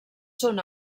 són